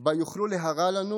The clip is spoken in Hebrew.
שבה יוכלו להרע לנו